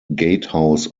gatehouse